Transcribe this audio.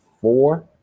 four